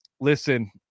listen